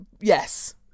yes